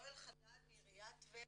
יואל חדד מעיריית טבריה.